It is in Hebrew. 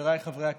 חבריי חברי הכנסת,